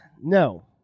No